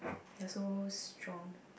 ya so strong